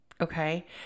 Okay